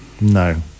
No